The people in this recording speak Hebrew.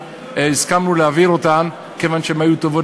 הסכמנו להעביר כיוון שהן היו טובות,